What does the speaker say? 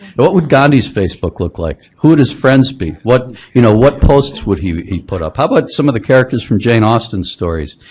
but what would gandhi's facebook look like? who would his friends be, what you know what posts would he he put up, how about but some of the characters from jane austen's stories?